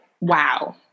Wow